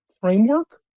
framework